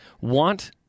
want